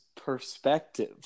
perspective